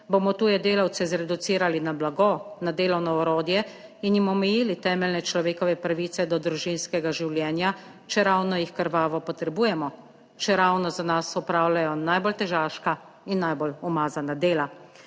Bomo tuje delavce zreducirali na blago, na delovno orodje in jim omejili temeljne človekove pravice do družinskega življenja, čeravno jih krvavo potrebujemo, čeravno za nas opravljajo najbolj težaška in najbolj umazana dela?